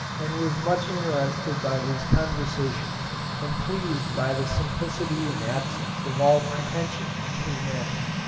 and was much interested by his conversation and pleased by the simplicity and absence of all pretension in his manners.